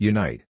Unite